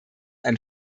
ein